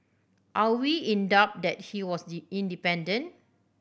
are we in doubt that he was independent